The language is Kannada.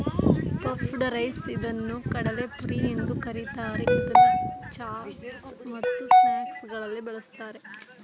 ಪಫ್ಡ್ ರೈಸ್ ಇದನ್ನು ಕಡಲೆಪುರಿ ಎಂದು ಕರಿತಾರೆ, ಇದನ್ನು ಚಾಟ್ಸ್ ಮತ್ತು ಸ್ನಾಕ್ಸಗಳಲ್ಲಿ ಬಳ್ಸತ್ತರೆ